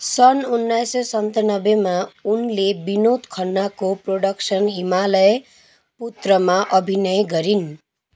सन् उन्नाइसय सन्तानब्बेमा उनले विनोद खन्नाको प्रोडक्सन हिमालय पुत्रमा अभिनय गरिन्